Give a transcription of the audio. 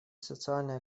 социально